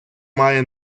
має